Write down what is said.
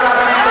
רגע,